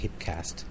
Hipcast